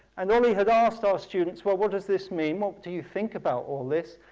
and oli had asked our students, what what does this mean? what do you think about all this,